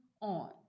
on